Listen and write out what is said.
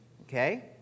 Okay